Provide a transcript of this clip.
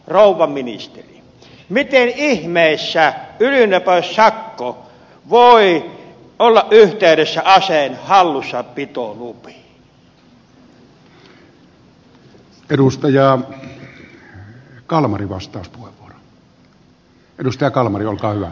rouva ministeri miten ihmeessä ylinopeussakko voi olla yhteydessä aseen hallussapitolupiin